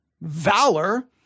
valor